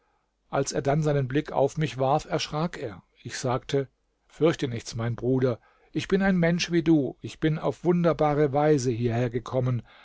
als er dann seinen blick auf mich warf erschrak er ich sagte fürchte nichts mein bruder ich bin ein mensch wie du ich bin auf wunderbare weise hierher gekommen